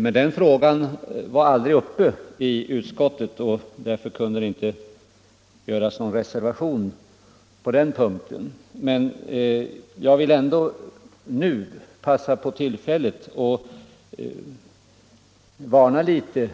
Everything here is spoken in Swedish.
Men den frågan var aldrig uppe i utskottet, och därför kunde det inte göras någon reservation på den punkten. Jag vill ändå passa på tillfället att varna litet